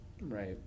Right